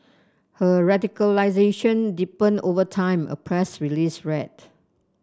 her radicalisation deepened over time a press release read